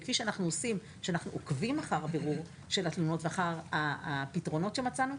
כפי שאנחנו עוקבים אחר בירור של התלונות ואחר הפתרונות שמצאנו,